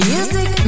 Music